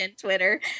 Twitter